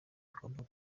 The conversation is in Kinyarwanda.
igomba